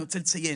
אני רוצה לציין,